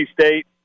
State